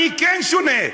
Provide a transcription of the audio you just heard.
אני כן שונה.